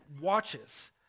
watches